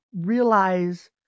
realize